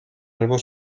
albo